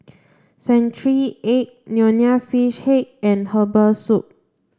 century egg nonya fish head and herbal soup